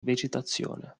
vegetazione